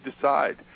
decide